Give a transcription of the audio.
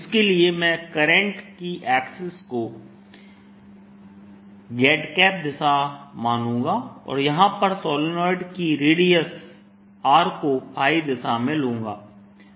इसके लिए मैं करंट की ऐक्सिस को z दिशा मानूंगा और यहां पर सोलेनाइड की रेडियस R को दिशा में लूंगा